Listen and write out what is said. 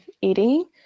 eating